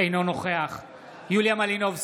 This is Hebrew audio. אינו נוכח יוליה מלינובסקי, בעד